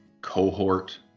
cohort